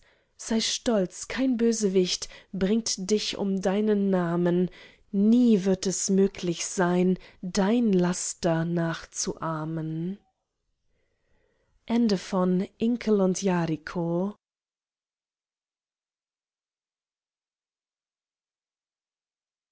sei stolz kein bösewicht bringt dich um deinen namen nie wird es möglich sein dein laster nachzuahmen